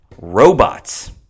robots